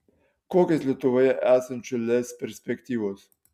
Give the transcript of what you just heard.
kokios lietuvoje esančių lez perspektyvos